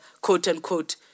quote-unquote